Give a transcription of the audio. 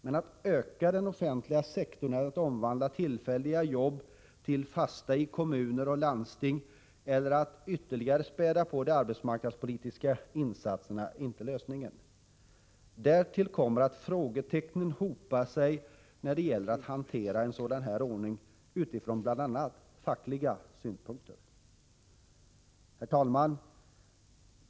Men att öka den offentliga sektorn eller att omvandla tillfälliga jobb till fasta jobb i kommuner och landsting eller att ytterligare späda på de arbetsmarknadspolitiska insatserna innebär inte någon lösning på problemet. Därtill kommer att frågetecknen hopar sig när det gäller att hantera en sådan här ordning från bl.a. fackliga synpunkter. Herr talman!